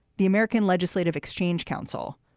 the american legislative exchange council.